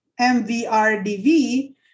MVRDV